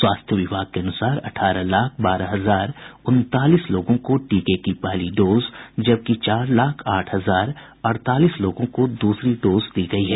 स्वास्थ्य विभाग के अनुसार अठारह लाख बारह हजार उनतालीस लोगों को टीके की पहली डोज जबकि चार लाख आठ हजार अड़तालीस लोगों को दूसरी डोज दी गयी है